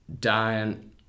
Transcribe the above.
dying